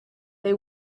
they